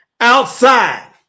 Outside